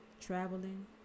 traveling